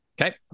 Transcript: okay